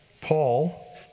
Paul